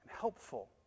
helpful